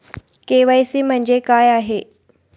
KYC म्हणजे काय आहे?